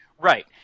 right